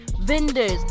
vendors